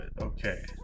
okay